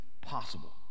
possible